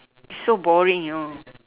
it's so boring you know